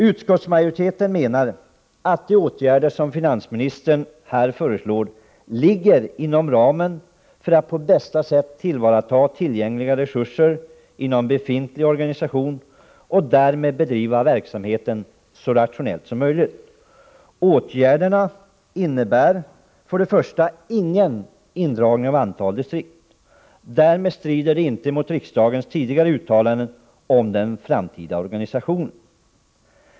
Utskottsmajoriteten menar att de åtgärder som finansministern föreslår ligger inom ramen för att på bästa sätt tillvarata tillgängliga resurser inom befintlig organisation och därmed bedriva verksamheten så rationellt som möjligt. Åtgärderna innebär ingen indragning av antalet distrikt. Därmed strider de inte mot riksdagens tidigare uttalanden om den framtida organisationen.